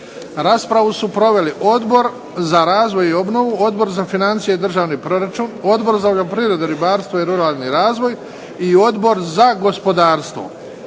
Raspravu su proveli Odbor za razvoj i obnovu, Odbor za financije i državni proračun, Odbor za poljoprivredu, ribarstvo i ruralni razvoj i Odbor za gospodarstvo.